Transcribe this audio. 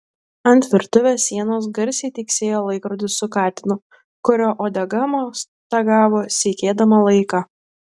ant virtuvės sienos garsiai tiksėjo laikrodis su katinu kurio uodega mostagavo seikėdama laiką